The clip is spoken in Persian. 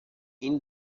این